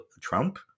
Trump